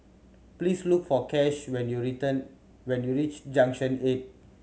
please look for Kash when you return when you reach Junction Eight